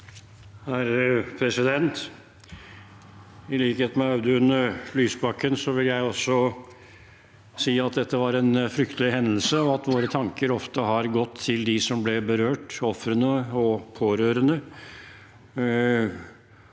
(FrP) I likhet med Audun Lysbakken vil jeg si at dette var en fryktelig hendelse, og at våre tanker ofte har gått til dem som ble berørt, ofrene og de pårørende.